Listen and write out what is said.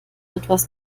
etwas